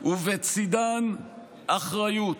ובצידן אחריות.